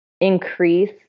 increase